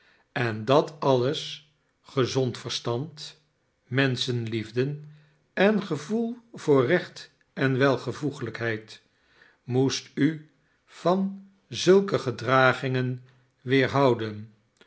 en dat alles gezond verstand menschenliefde en gevoel voor recht en welvoegelijkheid moest u van zulke gedragingen weerhouden